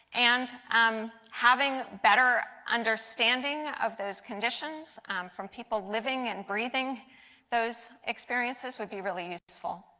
and um having better understanding of those conditions from people living and breathing those experiences would be really useful.